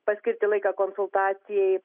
paskirti laiką konsultacijai